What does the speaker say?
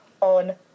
on